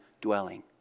dwelling